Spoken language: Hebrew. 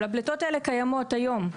אבל הפליטות האלה קיימות היום.